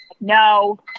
No